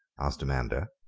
asked amanda.